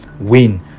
win